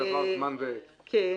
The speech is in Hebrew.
עכשיו